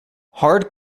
hard